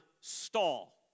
stall